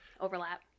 overlap